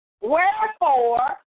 Wherefore